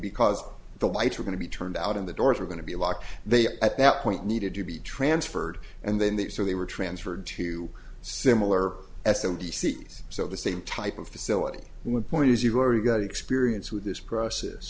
because the lights were going to be turned out in the doors were going to be locked they at that point needed to be transferred and then they so they were transferred to similar s n d c s so the same type of facility would point as you've already got experience with this process